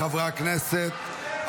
חברי הכנסת,